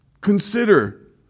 Consider